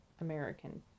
American